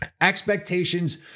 Expectations